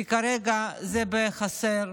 כי כרגע זה בחסר,